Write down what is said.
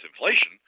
inflation